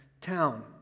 town